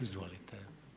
Izvolite.